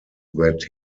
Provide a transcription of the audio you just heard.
that